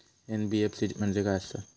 NBFC म्हणजे खाय आसत?